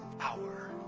hour